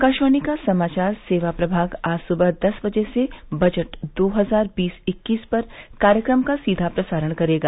आकाशवाणी का समाचार सेवा प्रभाग आज सुबह दस बजे से बजट दो हजार बीस इक्कीस पर कार्यक्रम का सीधा प्रसारण करेगा